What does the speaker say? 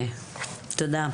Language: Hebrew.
תודה.